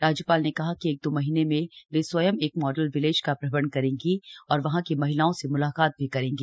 राज्यपाल ने कहा कि एक दो महीने में वे स्वयं एक मॉडल विलेज का भ्रमण करेंगी और वहाँ की महिलाओं से मुलाकात भी करेंगी